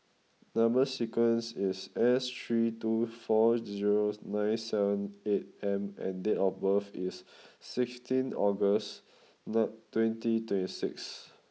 number sequence is S three two four zero nine seven eight M and date of birth is sixteenth August nine twenty twenty six